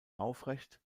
aufrecht